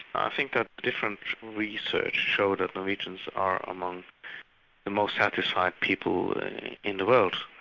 i think that different research shows that norwegians are among the most satisfied people in the world.